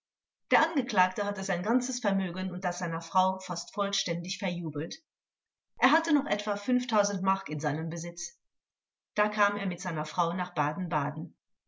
der angeklagte hatte sein ganzes vermögen und das seiner frau fast vollständig verjubelt er hatte noch etwa fünf mark in seinem besitz da kam er mit seiner frau nach baden-baden